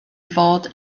fod